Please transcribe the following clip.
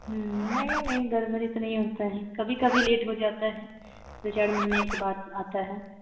नहीं नहीं गड़बड़ी तो नहीं होती है कभी कभी लेट हो जाता है दो चार महीने के बाद आती है